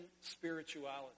spirituality